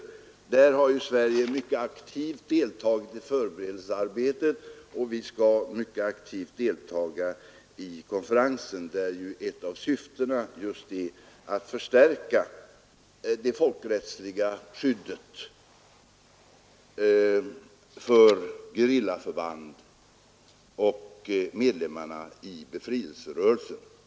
Sverige har deltagit mycket aktivt i förberedelsearbetet, och vi skall mycket aktivt delta i konferensen, där ett av syftena just är att förstärka det folkrättsliga skyddet för gerillaförband och medlemmar i befrielserörelser.